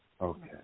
Okay